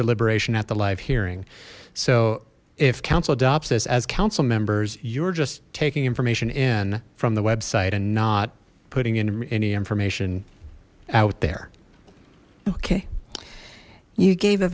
deliberation at the live hearing so if council adopts this as council members you're just taking information in from the website and not putting in any information out there okay you gave a